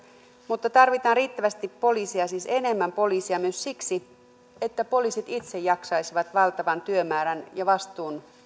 mutta tarvitaan riittävästi poliiseja siis enemmän poliiseja myös siksi että poliisit itse jaksaisivat valtavan työmäärän ja vastuun